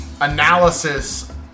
analysis